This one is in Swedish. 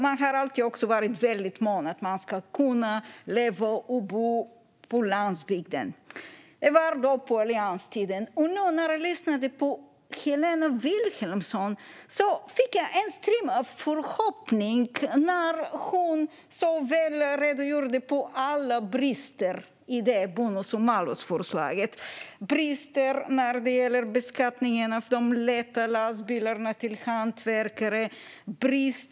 Man har också alltid varit mån om att det ska vara möjligt att leva och bo på landsbygden. Det var under allianstiden. När jag nu lyssnade på Helena Vilhelmsson fick jag en strimma av hopp när hon redogjorde så väl för alla brister i bonus-malus-förslaget. Det är brister i beskattningen av de lätta lastbilarna, som hantverkare använder.